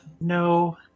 No